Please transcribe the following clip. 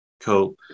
Cool